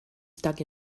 stuck